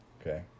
Okay